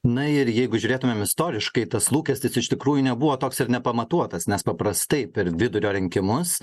na ir jeigu žiūrėtumėm istoriškai tas lūkestis iš tikrųjų nebuvo toks ir nepamatuotas nes paprastai per vidurio rinkimus